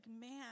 man